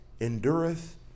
endureth